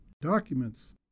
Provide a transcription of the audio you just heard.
Documents